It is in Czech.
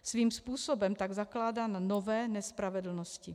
Svým způsobem tak zakládá na nové nespravedlnosti.